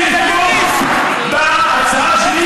אורן,